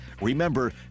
Remember